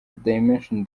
dimension